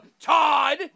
Todd